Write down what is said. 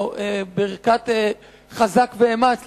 או ברכת חזק ואמץ,